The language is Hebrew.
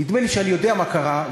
נדמה לי שאני יודע מה קרה,